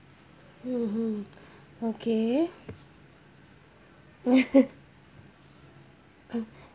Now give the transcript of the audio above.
mmhmm okay